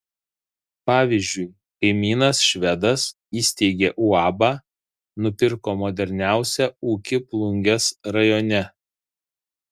pavyzdžiui kaimynas švedas įsteigė uabą nupirko moderniausią ūkį plungės rajone